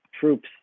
troops